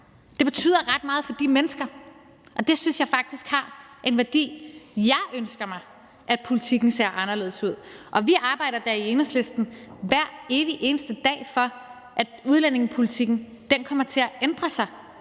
Det betyder ret meget for de mennesker, og det synes jeg faktisk har en værdi. Jeg ønsker mig, at politikken ser anderledes ud, og vi arbejder da i Enhedslisten hver evig eneste dag for, at udlændingepolitikken kommer til at ændre sig